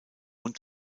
und